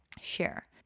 share